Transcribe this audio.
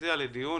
הרביזיה לדיון.